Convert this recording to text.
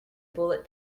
bullet